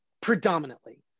predominantly